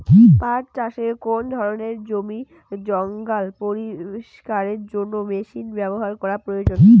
পাট চাষে কোন ধরনের জমির জঞ্জাল পরিষ্কারের জন্য মেশিন ব্যবহার করা প্রয়োজন?